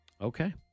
Okay